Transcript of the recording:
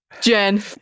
Jen